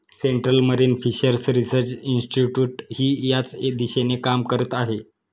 central marine fishers research इन्स्टिट्यूटही याच दिशेने काम करत आहे